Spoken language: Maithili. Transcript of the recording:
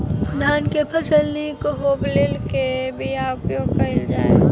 धान केँ फसल निक होब लेल केँ बीया उपयोग कैल जाय?